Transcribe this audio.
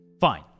Fine